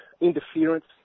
interference